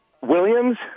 Williams